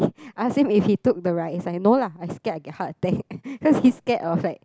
ask him if he took the ride is like no lah I scared I get heart attack cause he's scared of like